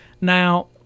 Now